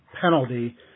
penalty